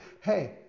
hey